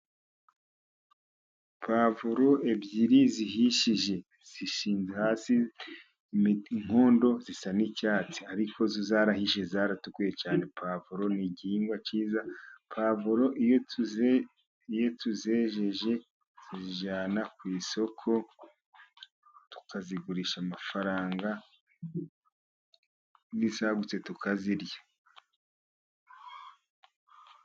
Pavuro ebyiri zihishije zishinze hasi, inkondo zisa n'icyatsi ariko zo zarahishije, zaratukuye cyane ,pavuro ni igihingwa cyiza, pavuro iyo tuzejeje, tuzijyana ku isoko tukazigurisha amafaranga ,n'isagutse tukazirya.